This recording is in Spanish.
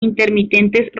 intermitentes